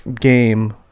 game